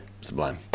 Sublime